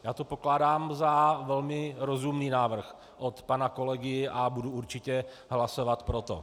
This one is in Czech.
Já to pokládám za velmi rozumný návrh od pana kolegy a budu určitě hlasovat pro to.